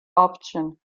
option